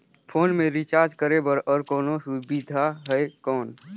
Phone मे recharge करे बर और कोनो सुविधा है कौन?